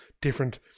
different